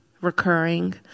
recurring